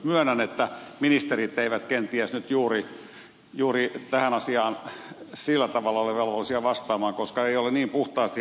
myönnän että ministerit eivät kenties nyt juuri tähän asiaan sillä tavalla ole velvollisia vastaamaan koska se ei ole niin puhtaasti heidän tontillaan